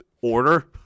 order